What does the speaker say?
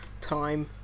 Time